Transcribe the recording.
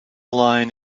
line